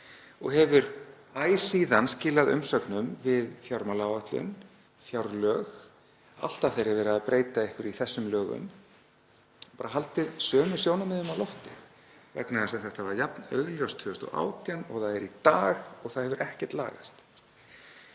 og hefur æ síðan skilað umsögnum við fjármálaáætlun, fjárlög og alltaf þegar verið er að breyta einhverju í þessum lögum, og haldið sömu sjónarmiðum á lofti vegna þess að þetta var jafn augljóst 2018 og það er í dag og hefur ekkert lagast.